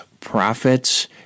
prophets